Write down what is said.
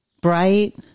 bright